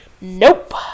nope